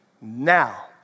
now